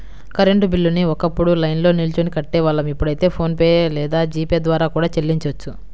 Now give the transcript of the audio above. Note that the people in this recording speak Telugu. కరెంట్ బిల్లుని ఒకప్పుడు లైన్లో నిల్చొని కట్టేవాళ్ళం ఇప్పుడైతే ఫోన్ పే లేదా జీ పే ద్వారా కూడా చెల్లించొచ్చు